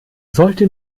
sollte